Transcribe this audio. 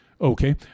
Okay